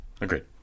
Agreed